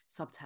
subtext